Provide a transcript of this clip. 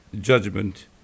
judgment